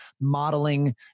modeling